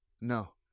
No